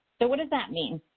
but what does that mean?